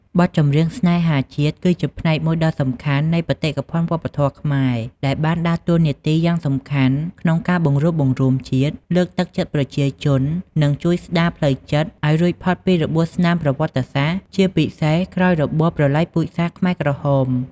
បទចម្រៀងស្នេហាជាតិ គឺជាផ្នែកមួយដ៏សំខាន់នៃបេតិកភណ្ឌវប្បធម៌ខ្មែរ ដែលបានដើរតួនាទីយ៉ាងសំខាន់ក្នុងការបង្រួបបង្រួមជាតិ លើកទឹកចិត្តប្រជាជន និងជួយស្ដារផ្លូវចិត្តឲ្យរួចផុតពីរបួសស្នាមប្រវត្តិសាស្ត្រ ជាពិសេសក្រោយរបបប្រល័យពូជសាសន៍ខ្មែរក្រហម។